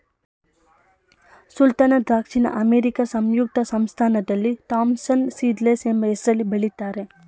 ಸುಲ್ತಾನ ದ್ರಾಕ್ಷಿನ ಅಮೇರಿಕಾ ಸಂಯುಕ್ತ ಸಂಸ್ಥಾನದಲ್ಲಿ ಥಾಂಪ್ಸನ್ ಸೀಡ್ಲೆಸ್ ಎಂಬ ಹೆಸ್ರಲ್ಲಿ ಬೆಳಿತಾರೆ